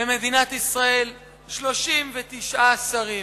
במדינת ישראל 39 שרים.